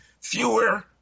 fewer